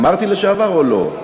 אמרתי לשעבר או לא?